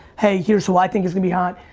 hey, here's who i think is gonna be hot,